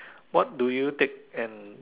what do you take and